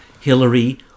Hillary